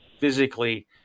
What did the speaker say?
physically